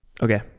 Okay